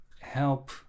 help